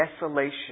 desolation